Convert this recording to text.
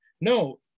no